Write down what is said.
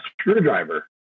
screwdriver